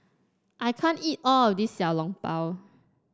I can't eat all of this Xiao Long Bao